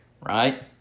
right